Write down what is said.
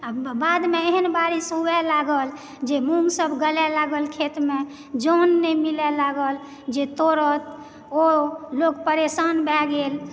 आ बाद मे एहेशन बारिश हुए लागल जे मूंग सब गले लागल खेत मे जौन नहि मिलय लागल जे तोड़त ओऽ लोक परेशान भय गेल